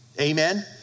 Amen